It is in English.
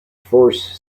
force